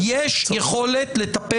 אבל אותם שופטים שאמרו שזו בעיה של סבירות,